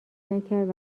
نکرد